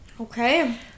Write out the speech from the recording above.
Okay